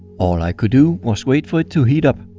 all i could do was wait for it to heat up.